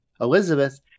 Elizabeth